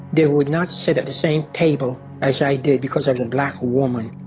they would not sit at the same table as i did because i'm a black woman.